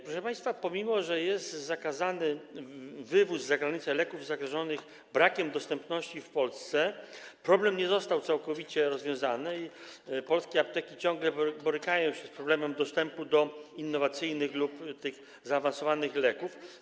Proszę państwa, pomimo że zakazany jest wywóz za granicę leków zagrożonych brakiem dostępności w Polsce, problem nie został całkowicie rozwiązany i polskie apteki ciągle borykają się z problemem dostępu do innowacyjnych lub zaawansowanych leków.